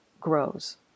grows